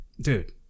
dude